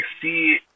See